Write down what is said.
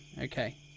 Okay